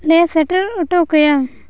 ᱞᱮ ᱥᱮᱴᱮᱨ ᱚᱴᱚ ᱠᱟᱭᱟ